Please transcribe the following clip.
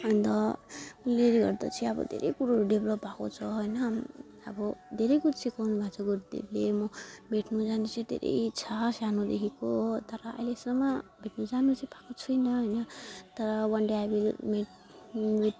अन्त उसले गर्दा चाहिँ अब धेरै कुरोहरू डेभलप भएको छ होइन अब धेरै कुछ सिकाउनुभएको छ गुरुदेवले म भेट्नु जानु चाहिँ धेरै इच्छा सानोदेखिको हो तर अहिलेसम्म भेट्नु जानु चाहिँ पाएको छुइनँ होइन तर one day I will meet with